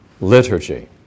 liturgy